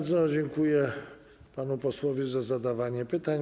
Dziękuję panu posłowi za zadawanie pytań.